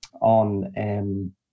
on